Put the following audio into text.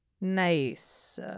Nice